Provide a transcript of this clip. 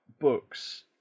books